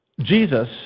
Jesus